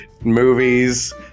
Movies